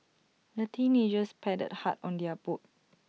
the teenagers paddled hard on their boat